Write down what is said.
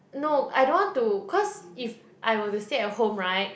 no I don't want to cause if I were to stay at home right